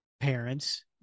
parents